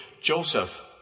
Joseph